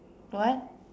what